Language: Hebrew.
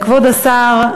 כבוד השר,